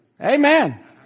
Amen